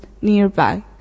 nearby